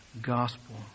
gospel